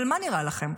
אבל מה נראה לכם,